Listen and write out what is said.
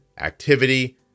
activity